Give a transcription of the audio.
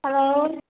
hello